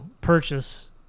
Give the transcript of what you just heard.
purchase